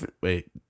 Wait